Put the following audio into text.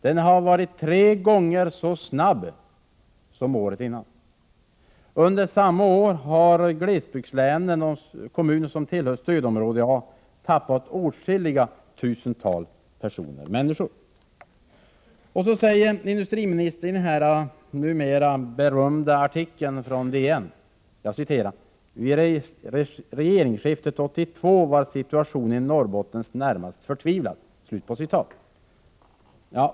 Den var tre gånger så snabb som året innan. Under samma år har glesbygdslänen och de kommuner som tillhör stödområde A tappat åtskilliga tusental människor. Industriministern säger i den numera berömda artikeln från DN: Vid regeringsskiftet 1982 var situationen i Norrbotten närmast förtvivlad.